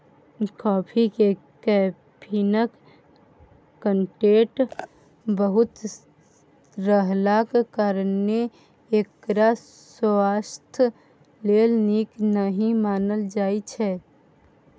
coffee मे कैफीनक content बहुत रहलाक कारणेँ एकरा स्वास्थ्य लेल नीक नहि मानल जाइ छै